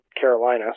Carolina